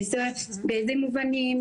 באיזה מובנים,